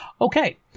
Okay